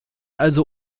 also